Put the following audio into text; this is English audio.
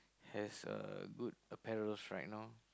has a good apparels right now